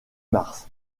mars